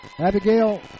Abigail